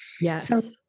Yes